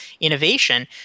innovation